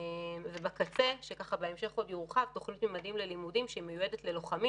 בקצה יש את תוכנית "ממדים ללימודים" שמיועדת ללוחמים